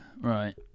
Right